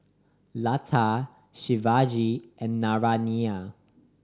Lata Shivaji and Naraina